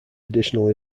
additional